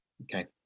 okay